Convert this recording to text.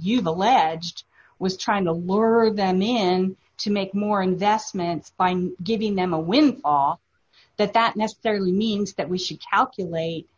you've alleged was trying to lure them in to make more investments find giving them a win off that that necessarily means that we should calculate